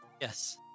Yes